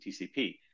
TCP